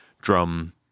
drum